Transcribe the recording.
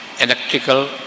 electrical